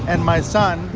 and my son.